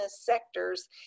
sectors